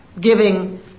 giving